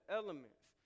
elements